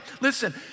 listen